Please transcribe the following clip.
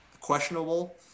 questionable